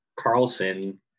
Carlson